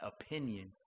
opinion